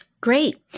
Great